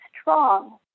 strong